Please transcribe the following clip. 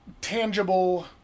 tangible